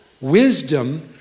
Wisdom